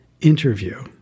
interview